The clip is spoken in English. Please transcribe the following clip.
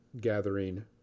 gathering